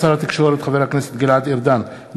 תשובת שר התקשורת חבר הכנסת גלעד ארדן על